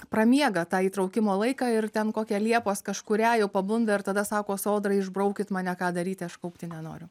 pramiega tą įtraukimo laiką ir ten kokią liepos kažkurią jau pabunda ir tada sako sodra išbraukit mane ką daryti aš kaupti nenoriu